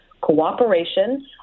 cooperation